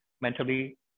mentally